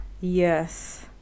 Yes